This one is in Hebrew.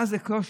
מה זה קושי,